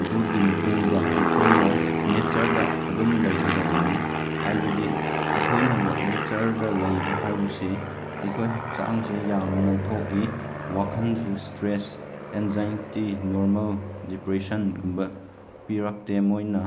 ꯑꯗꯨꯒꯤ ꯃꯇꯨꯡꯗ ꯑꯩꯈꯣꯏꯅ ꯅꯦꯆꯔꯗ ꯑꯗꯨꯝ ꯂꯩꯒꯗꯕꯅꯤ ꯍꯥꯏꯕꯗꯤ ꯑꯩꯈꯣꯏꯅ ꯅꯦꯆꯔꯗ ꯂꯩꯕ ꯍꯥꯏꯕꯁꯤ ꯑꯩꯈꯣꯏ ꯍꯛꯆꯥꯡꯁꯦ ꯌꯥꯝ ꯅꯧꯊꯣꯛꯏ ꯋꯥꯈꯜꯗꯁꯨ ꯏꯁꯇ꯭ꯔꯦꯁ ꯑꯦꯟꯖꯥꯏꯇꯤ ꯅꯣꯔꯃꯦꯜ ꯗꯤꯄ꯭ꯔꯦꯁꯟꯒꯨꯝꯕ ꯄꯤꯔꯛꯇꯦ ꯃꯣꯏꯅ